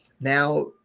now